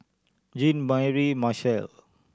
Jean Mary Marshall